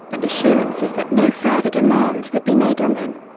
and assurances that no further demands would be made on them.